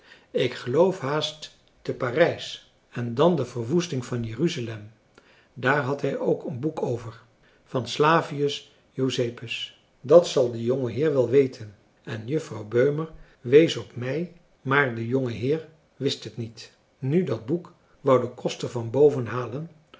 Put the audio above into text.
ik geloof haast te parijs en dan de verwoesting van jerusalem daar had hij ook een boek over van slavius jozepus dat zal de jongeheer wel weten en juffrouw beumer wees op mij maar de jongeheer wist het niet nu dat boek wou de koster van boven halen